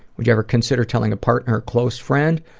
would you ever consider telling a partner or close friend?